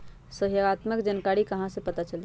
सहयोगात्मक जानकारी कहा से पता चली?